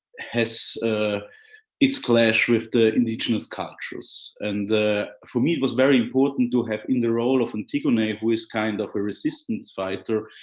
has it's clash with the indigenous cultures. and for me it was very important to have in the role of antigone, who is kind of a resistance fighter,